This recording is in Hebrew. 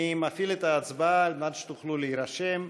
אני מפעיל את ההצבעה על מנת שתוכלו להירשם.